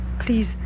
Please